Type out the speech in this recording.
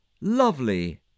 lovely